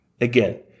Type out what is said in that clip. Again